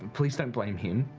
please don't blame him.